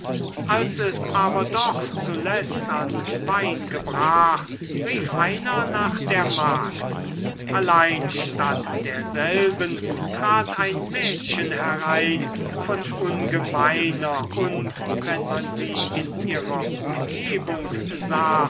als es aber doch zuletzt an wein gebrach rief einer nach der magd allein statt derselben trat ein mädchen herein von ungemeiner und wenn man sie in ihrer umgebung sah